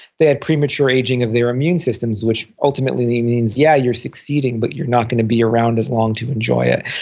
they had premature aging of their immune systems, which ultimately means yeah, you're succeeding, but you're not going to be around as long to enjoy it.